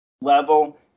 level